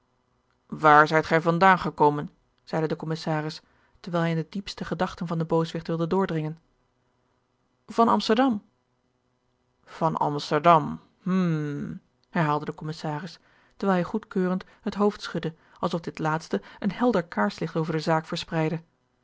waar zijt gij van daan gekomen zeide de commissaris terwijl hij in de diepste gedachten van den booswicht wilde doordringen van amsterdam van amsterdam hm herhaalde de commissaris terwijl hij goedkeurend het hoofd schudde alsof dit laatste een helder kaarslicht over de zaak verspreidde